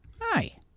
Hi